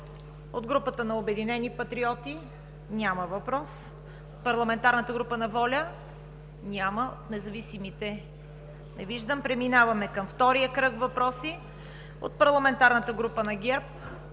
От групата на „Обединени патриоти“? Няма въпрос. Парламентарната група на ВОЛЯ? Няма. От независимите? Не виждам. Преминаваме към втория кръг въпроси. От парламентарната група на ГЕРБ?